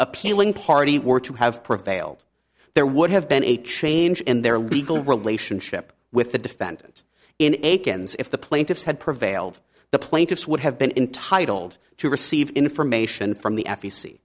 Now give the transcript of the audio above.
appealing party were to have prevailed there would have been a change in their legal relationship with the defendant in a kens if the plaintiffs had prevailed the plaintiffs would have been intitled to receive information from the f